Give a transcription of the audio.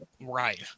Right